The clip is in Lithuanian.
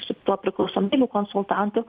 su tuo priklausomybių konsultantu